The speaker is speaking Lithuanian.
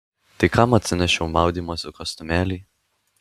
tai kam atsinešiau maudymosi kostiumėlį